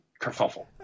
kerfuffle